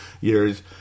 years